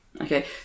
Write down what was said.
Okay